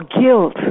guilt